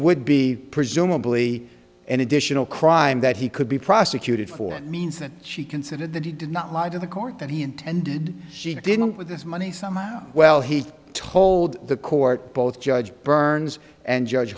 would be presumably an additional crime that he could be prosecuted for it means that she considered that he did not lie to the court that he intended she didn't with this money somehow well he told the court both judge burns and judge